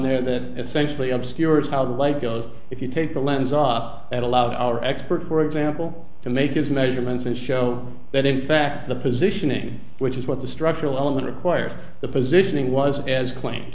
there that essentially obscures how the light goes if you take the lens off at allowed our expert for example to make his measurements and show that in fact the positioning which is what the structural element requires the positioning was as cl